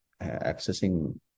accessing